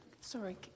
Sorry